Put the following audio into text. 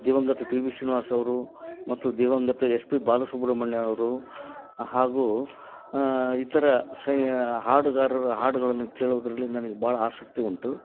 ದಿವಂಗತ P B Srinivasa ಅವರು ಮತ್ತು ದಿವಂಗತ ಎಸ್ ಪಿ ಬಾಲಸುಬ್ರಮಣ್ಯ ಅವರು ಹಾಗೂ ಇತರ ಹಾಡುಗಾರರ ಹಾಡುಗಳನ್ನು ಕೇಳುವುದರಲ್ಲಿ ನನಗೆ ಭಾಳ ಆಸಕ್ತಿ ಉಂಟು